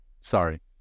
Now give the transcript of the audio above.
Sorry